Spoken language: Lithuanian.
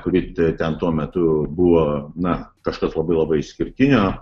kuri ten tuo metu buvo na kažkas labai labai išskirtinio